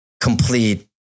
complete